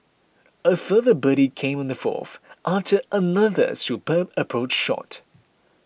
a further birdie came on the fourth after another superb approach shot